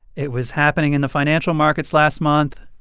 it was happening in the financial markets last month.